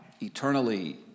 eternally